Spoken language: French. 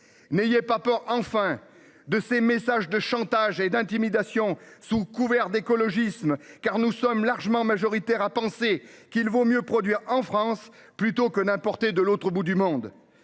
N'ayez pas peur enfin de ces messages de chantage et d'intimidation sous couvert d'écologisme car nous sommes largement majoritaires à penser qu'il vaut mieux produire en France plutôt que d'importer de l'autre bout du monde.